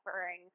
offering